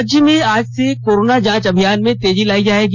राज्य में आज से से कोरोना जांच अभियान में तेजी लाई जाएगी